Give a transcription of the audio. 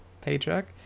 paycheck